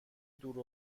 دور